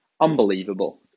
unbelievable